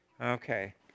Okay